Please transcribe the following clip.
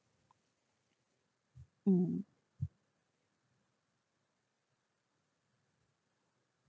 mm